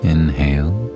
Inhale